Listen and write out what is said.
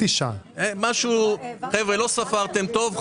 לא ספרתם טוב.